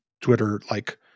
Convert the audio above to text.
Twitter-like